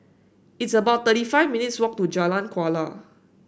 it's about thirty five minutes' walk to Jalan Kuala